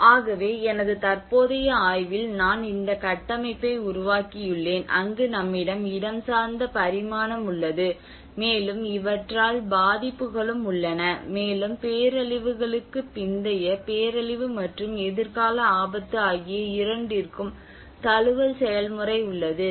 ஆகவே எனது தற்போதைய ஆய்வில் நான் இந்த கட்டமைப்பை உருவாக்கியுள்ளேன் அங்கு நம்மிடம் இடஞ்சார்ந்த பரிமாணம் உள்ளது மேலும் இவற்றால் பாதிப்புகளும் உள்ளன மேலும் பேரழிவுக்கு பிந்தைய பேரழிவு மற்றும் எதிர்கால ஆபத்து ஆகிய இரண்டிற்கும் தழுவல் செயல்முறை உள்ளது